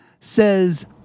Says